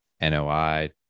NOI